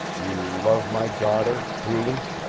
you love my daughter truly?